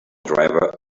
driver